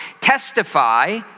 testify